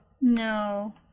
No